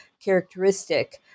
characteristic